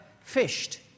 fished